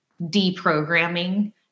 deprogramming